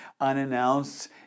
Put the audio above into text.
Unannounced